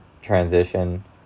transition